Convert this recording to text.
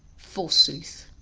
forsooth.